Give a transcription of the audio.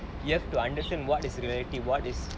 you have to understand what is reality what is